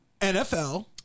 NFL